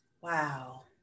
Wow